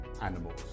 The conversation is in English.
animals